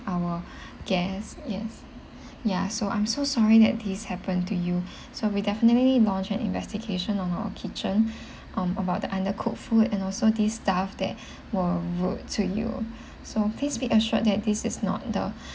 our guest yes ya so I'm so sorry that these happen to you so we definitely launched an investigation on our kitchen um about the undercooked food and also these staff that were rude to you so please be assured that this is not the